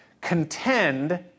contend